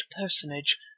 personage